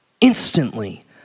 instantly